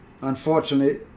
unfortunately